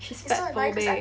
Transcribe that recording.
she's fatphobic